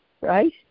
right